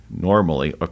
normally